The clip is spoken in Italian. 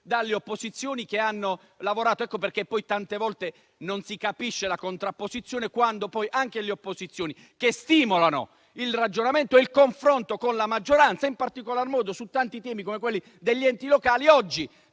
dalle opposizioni che hanno lavorato. Ecco perché non si capisce la contrapposizione quando poi anche le opposizioni stimolano il ragionamento e il confronto con la maggioranza, in particolar modo su temi come quelli relativi agli enti locali. Oggi